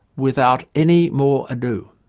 without any more ado'.